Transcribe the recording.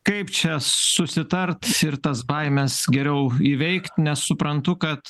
kaip čia susitart ir tas baimes geriau įveikt nes suprantu kad